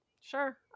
Sure